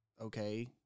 okay